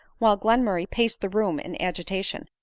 while glenmurray paced the room in agitation.